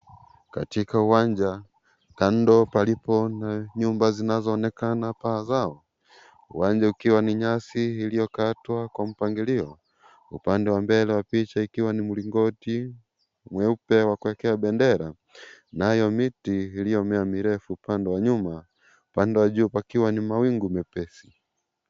Katika uwanja kando palipo na nyumba zinazoonekana paagao uwanja ukiwa ni nyasi iliyokatwa kwa mpangilio upande wa mbele ya picha ukiwa ni mlingoti mweupe wa kuekea bendera nayo miti iliyomea mirefu upande ya nyuma upande wa juu pakiwa ni mawingu mepesi.